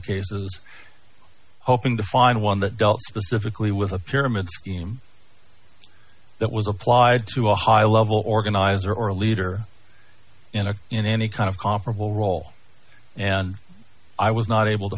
cases hoping to find one that dealt specifically with a pyramid scheme that was applied to a high level organizer or a leader in a in any kind of comparable role and i was not able to